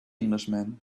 englishman